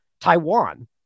Taiwan